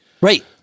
Right